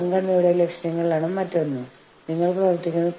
സൂപ്പർവൈസർക്ക് അതിനെക്കുറിച്ച് ഒന്നും ചെയ്യാൻ കഴിഞ്ഞേക്കില്ല